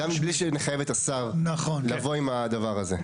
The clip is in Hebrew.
גם בלי שנחייב את השר לבוא עם הדבר הזה.